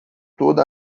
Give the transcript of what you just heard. toda